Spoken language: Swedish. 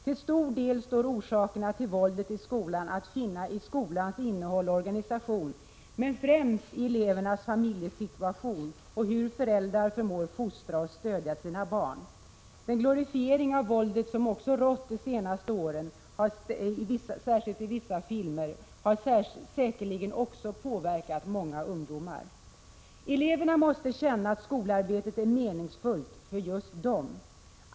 Till stor del står orsakerna till våldet i skolan att finna i skolans innehåll och organisation, men främst i elevernas familjesituation och hur föräldrarna förmår fostra och stödja sina barn. Den glorifiering av våldet som rått de senaste åren, särskilt i vissa filmer, har säkerligen också påverkat många ungdomar. Eleverna måste känna att skolarbetet är meningsfullt för just dem.